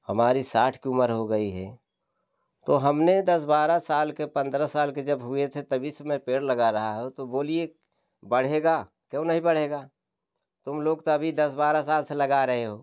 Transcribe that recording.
हमारी साठ की उम्र हो गई है तो हमने दस बारह साल के पंद्रह साल के जब हुए थे तब से मैं पेड़ लगा रहा हूँ तो बोलिए बढ़ेगा क्यों नहीं बढ़ेगा तुम लोग तो अभी दस बारह साल से लगा रहे हो